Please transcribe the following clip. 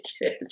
Yes